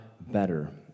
better